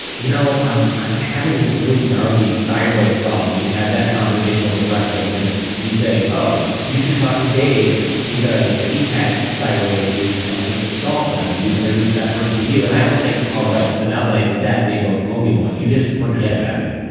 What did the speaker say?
you know i'm i'm having this really gnarly thyroid problem, and you have that conversation over breakfast. and you say, oh. you should talk to dave because he's had thyroid issues, and i think he solved them. and you introduce that person to you and i don't think, all right. so now that i did that, they both owe me one. you just forget about it.